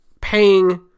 paying